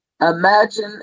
imagine